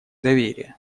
доверие